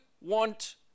want